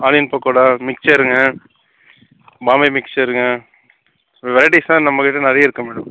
onion pakoda மிக்ச்சருங்க மாமி மிக்ச்சருங்க வெரைட்டிஸ் தான் நம்மக்கிட்டே நிறையே இருக்குது மேடம்